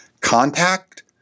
contact